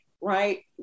right